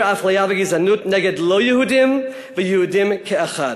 אפליה וגזענות נגד לא-יהודים ויהודים כאחד.